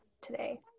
today